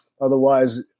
Otherwise